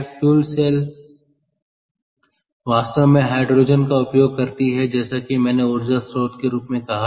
fuel cell वास्तव में hydrogen का उपयोग करती हैं जैसा कि मैंने ऊर्जा स्रोत के रूप में कहा था